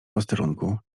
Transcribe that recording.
posterunku